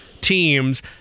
teams